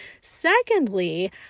Secondly